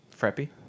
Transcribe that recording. Freppy